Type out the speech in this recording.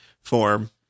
form